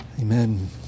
Amen